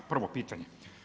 Prvo pitanje.